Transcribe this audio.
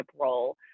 role